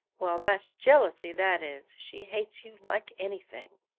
well, that's jealousy, that is. she hates you like anything